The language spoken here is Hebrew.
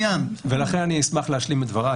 ולכן אני אשמח להשלים את דבריי,